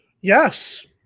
Yes